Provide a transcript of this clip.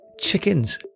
chickens